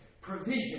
provision